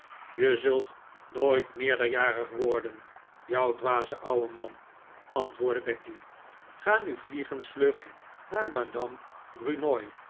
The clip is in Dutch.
je zult nooit meerderjarig worden jou dwaze ouwe man antwoordde becky ga nu vliegensvlug naar madame